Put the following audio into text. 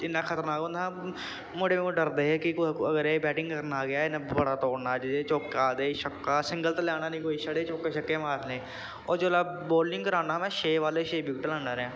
इ'न्ना खतरनाक होंदा हा मुड़े मेरे कोला डरदे हे कि अगर एह् बैटिंग करन आ गेआ इन्नै बड़ा तोड़ना अज्ज एह् चौका ते छक्का सिंगल ते लैना नी कोई छड़े चौके छक्के मारने होर जेल्लै बॉलिंग करदा में छे बालें च छे विकट लैंदा रेहां